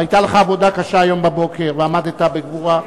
היתה לך עבודה קשה היום בבוקר, ועמדת בגבורה,